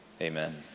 Amen